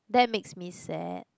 that makes me sad